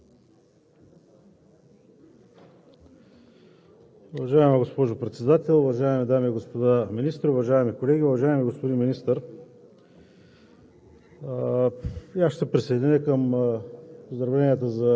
Уважаема госпожо Председател, уважаеми дами и господа министри, уважаеми колеги! Уважаеми господин Министър,